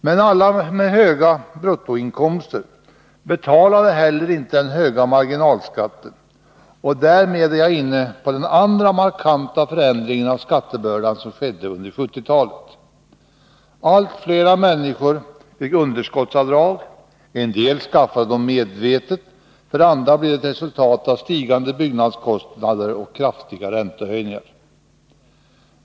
Men alla med höga bruttoinkomster betalar inte heller den höga marginalskatten, och därmed är jag inne på den andra markanta förändring av skattebördan som skedde under 1970-talet. Allt fler människor fick underskottsavdrag, en del skaffade dem medvetet, för andra blev det ett resultat av stigande byggnadskostnader och kraftiga räntehöjningar.